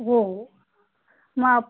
हो मग आप